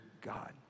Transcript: God